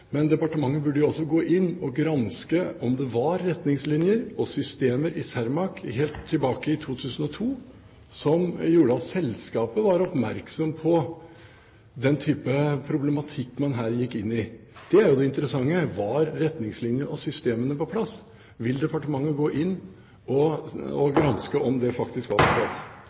2002 som gjorde at selskapet var oppmerksom på den type problematikk man her gikk inn i. Det er jo det interessante. Var retningslinjene og systemene på plass? Vil departementet gå inn og granske om dette faktisk var på